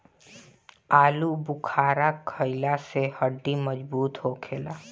आलूबुखारा खइला से हड्डी मजबूत होखेला